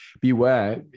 Beware